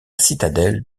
citadelle